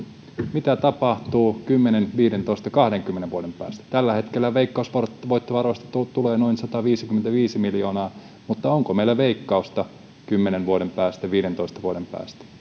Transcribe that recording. mitä tapahtuu kymmenen viisitoista kahdenkymmenen vuoden päästä tällä hetkellä veikkausvoittovaroista tulee tulee noin sataviisikymmentäviisi miljoonaa mutta onko meillä veikkausta kymmenen vuoden päästä viidentoista vuoden päästä